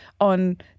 on